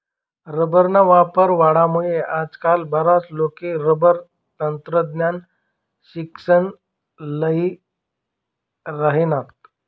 रबरना वापर वाढामुये आजकाल बराच लोके रबर तंत्रज्ञाननं शिक्सन ल्ही राहिनात